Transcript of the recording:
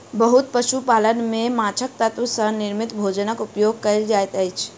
बहुत पशु पालन में माँछक तत्व सॅ निर्मित भोजनक उपयोग कयल जाइत अछि